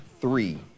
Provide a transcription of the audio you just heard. three